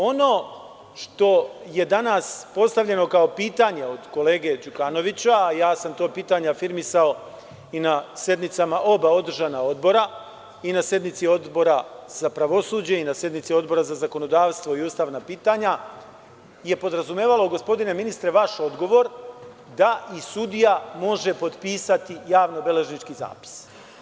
Ono što je danas postavljeno kao pitanje od kolege Đukanovića, ja sam to pitanje afirmisao na sednicama oba održana odbora, na sednici Odbora za pravosuđe i na sednici Odbora za zakonodavstvo i ustavna pitanja, je podrazumevalo, gospodine ministre, vaš odgovor dai sudija može potpisati javno-beležnički zapis.